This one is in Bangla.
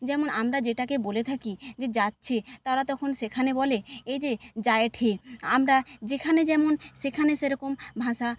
যেমন আমরা যেটাকে বলে থাকি যে যাচ্ছে তারা তখন সেখানে বলে এজে যায়েঠে আমরা যেখানে যেমন সেখানে সেরকম ভাষা